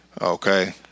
Okay